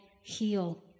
heal